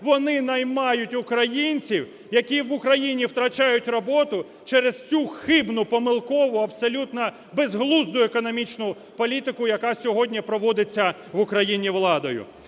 вони наймають українців, які в Україні втрачають роботу через цю хибну, помилкову, абсолютно безглузду економічну політику, яка сьогодні проводиться в Україні владою.